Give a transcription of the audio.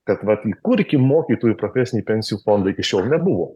kad vat įkurkim mokytojų profesinį pensijų fondą iki šiol nebuvo